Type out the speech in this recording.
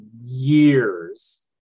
years